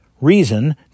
reason